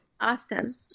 awesome